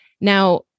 Now